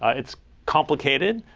it's complicated,